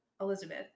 Elizabeth